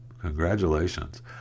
congratulations